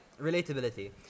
relatability